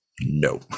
no